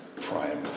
prime